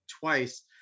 twice